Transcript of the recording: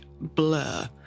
blur